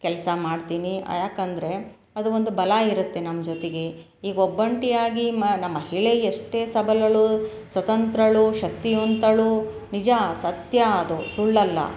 ಕೆಲಸ ಮಾಡ್ತೀನಿ ಯಾಕಂದರೆ ಅದು ಒಂದು ಬಲ ಇರುತ್ತೆ ನಮ್ಮ ಜೊತೆಗೆ ಈಗ ಒಬ್ಬಂಟಿಯಾಗಿ ಮಹಿಳೆ ಎಷ್ಟೇ ಸಬಲಳು ಸ್ವತಂತ್ರಳು ಶಕ್ತಿವಂತಳು ನಿಜ ಸತ್ಯ ಅದು ಸುಳ್ಳಲ್ಲ